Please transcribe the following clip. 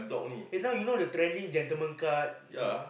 eh now you know the trending gentlemen cut n~